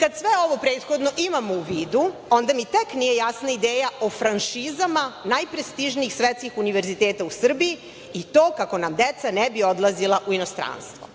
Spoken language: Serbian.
Kad sve ovo prethodno imamo u vidu, onda mi tek nije jasna ideja o franšizama najprestižnijih svetskih univerziteta u Srbiji, i to kako nam deca ne bi odlazila u inostranstvo.